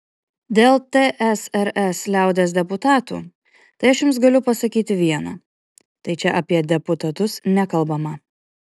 dėl tsrs liaudies deputatų tai aš jums galiu pasakyti viena tai čia apie deputatus nekalbama